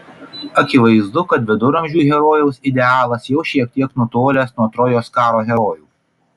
akivaizdu kad viduramžių herojaus idealas jau šiek tiek nutolęs nuo trojos karo herojų